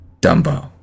Dumbo